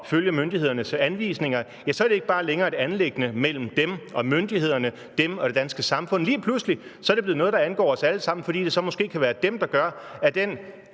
følge myndighedernes anvisninger, ja, så er det ikke bare længere et anliggende mellem dem og myndighederne, mellem dem og det danske samfund; lige pludselig er det blevet noget, der angår os alle sammen, fordi det så måske kan være dem, der gør, at den